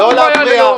--- לא להפריע.